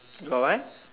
got what